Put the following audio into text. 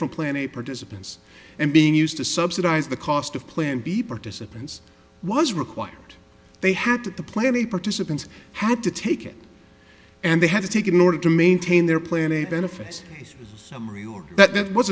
from plan a participants and being used to subsidize the cost of plan b participants was required they had to the plan the participants had to take it and they had to take it in order to maintain their plan a benefit summary or that